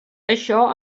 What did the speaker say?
això